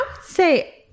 say